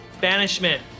Banishment